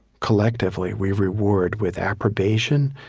collectively, we reward with approbation,